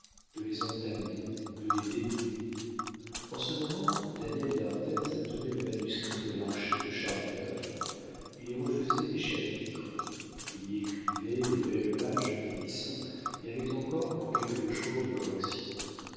de les entamer de les dénouer en ce moment daniel d'arthez tenait le manuscrit de l'archer de charles ix il y refaisait des chapitres il y écrivait les belles pages qui y sont et avait encore pour quelques jours de corrections